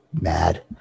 mad